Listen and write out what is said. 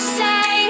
say